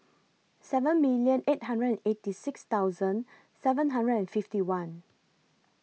seven million eight hundred and eighty six thousand seven hundred and fifty one